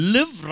Live